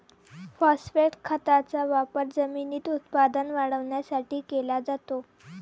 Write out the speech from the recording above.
phosphate खताचा वापर जमिनीत उत्पादन वाढवण्यासाठी केला जातो